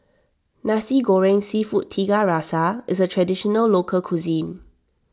Nasi Goreng Seafood Tiga Rasa is a Traditional Local Cuisine